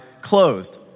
closed